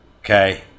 Okay